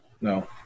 no